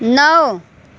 नौ